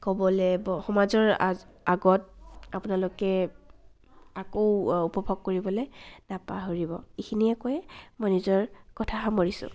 ক'বলে সমাজৰ আ আগত আপোনালোকে আকৌ উপভোগ কৰিবলে নাপাহৰিব এইখিনিকৈয়ে মই নিজৰ কথা সামৰিছোঁ